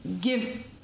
give